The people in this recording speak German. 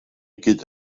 gilt